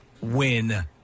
win